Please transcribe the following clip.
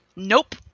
Nope